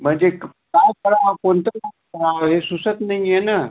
म्हणजे एक पाच स्थळं कोणती पाच स्थळं हे सुचत नाही आहे ना